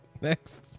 Next